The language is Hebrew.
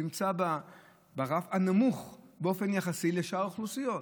נמצאת ברף הנמוך באופן יחסי לשאר האוכלוסיות,